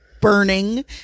burning